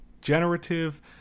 generative